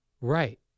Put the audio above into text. Right